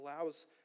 allows